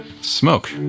Smoke